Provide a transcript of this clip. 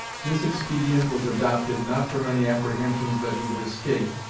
this expedient was adopted, not from any apprehensions that he would escape,